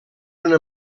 una